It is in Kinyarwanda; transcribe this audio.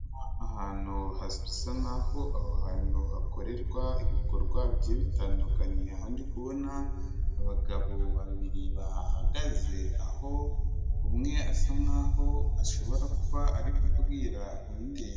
Ahantu bisa nkaho aho hantu, hakorerwa ibikorwa bigiye bitandukanye, aho ndi kubona abagabo babiri bahahagaze, aho umwe asa nkaho ashobora kuba ari kubwira undi.